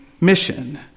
mission